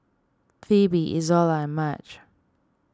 Pheobe Izola and Madge